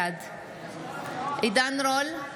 בעד עידן רול,